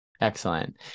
Excellent